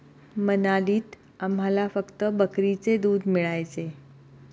मनालीत आम्हाला फक्त बकरीचे दूध मिळायचे